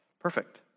perfect